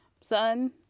son